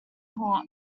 court